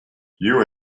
you